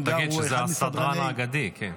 תגיד שזה הסדרן האגדי.